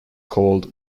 called